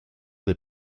des